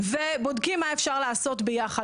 ובודקים מה אפשר לעשות ביחד.